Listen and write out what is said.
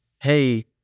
hey